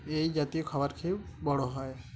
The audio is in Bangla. এই জাতীয় খাবার খেয়ে বড়ো হয়